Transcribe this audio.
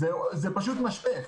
זה פשוט משפך.